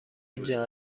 اینجا